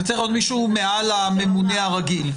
זה צריך להיות מישהו מעל הממונה הרגיל.